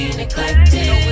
neglected